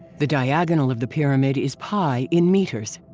the diagonal of the pyramid is pi in meters.